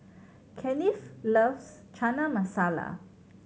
Kennith loves Chana Masala